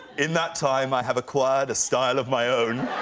in that time, i have acquired a style of my own.